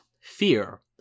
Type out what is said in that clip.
fear